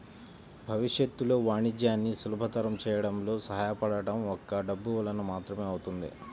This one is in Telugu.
భవిష్యత్తులో వాణిజ్యాన్ని సులభతరం చేయడంలో సహాయపడటం ఒక్క డబ్బు వలన మాత్రమే అవుతుంది